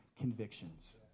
convictions